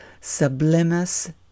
Sublimus